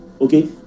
okay